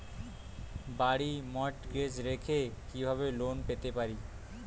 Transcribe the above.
বাড়ি মর্টগেজ রেখে কিভাবে লোন পেতে পারি?